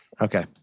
Okay